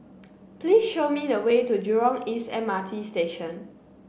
please show me the way to Jurong East M R T Station